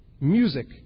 music